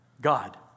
God